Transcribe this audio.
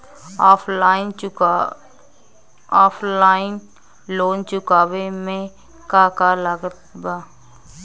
Offline loan चुकावे म का का लागत बा?